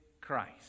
Christ